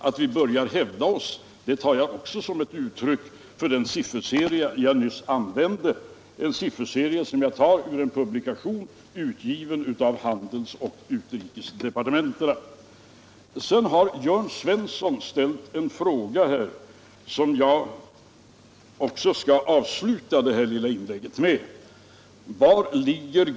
Att vi börjar hävda oss finner jag också ett uttryck för i den sifferserie jag nyss använde — en sifferserie som jag tar ur en publikation, utgiven av handelsoch utrikesdepartementen. Jörn Svensson ställde en fråga, som jag skall avsluta detta lilla inlägg med att besvara.